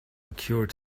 occurred